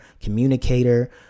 communicator